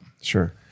sure